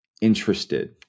interested